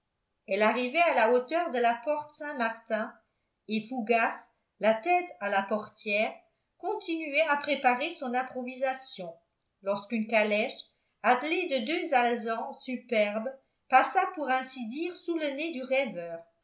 elle arrivait à la hauteur de la porte saint-martin et fougas la tête à la portière continuait à préparer son improvisation lorsqu'une calèche attelée de deux alezans superbes passa pour ainsi dire sous le nez du rêveur